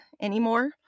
anymore